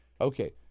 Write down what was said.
Okay